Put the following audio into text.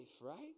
right